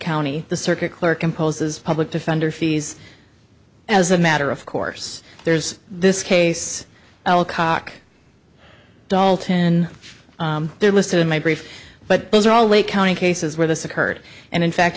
county the circuit clerk imposes public defender fees as a matter of course there's this case l cock dalton they're listed in my brief but those are all lake county cases where this occurred and in